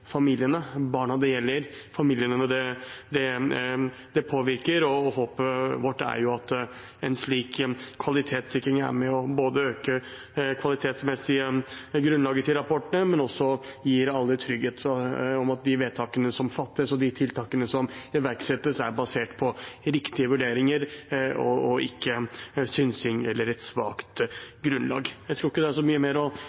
familiene, barna det gjelder, familiene det påvirker, og håpet vårt er at en slik kvalitetssikring er med på å øke det kvalitetsmessige grunnlaget til rapportene, men også gir alle trygghet for at de vedtakene som fattes og de tiltakene iverksettes, er basert på riktige vurderinger og ikke synsing eller et svakt grunnlag. Jeg tror ikke det er så mye mer